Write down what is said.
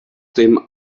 dem